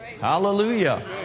Hallelujah